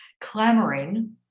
clamoring